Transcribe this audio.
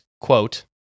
Quote